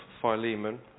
Philemon